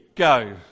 Go